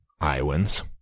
Iowans